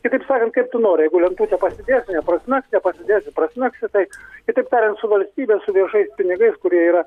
kitaip sakant kaip tu nori jeigu lentutę pasidėsi neprasmegsi nepasidėsi prasmegsi tai kitaip tariant su valstybe su viešais pinigais kurie yra